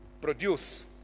produce